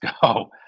go